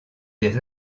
des